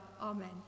Amen